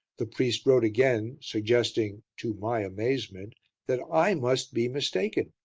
the priest wrote again, suggesting to my amazement that i must be mistaken,